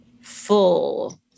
full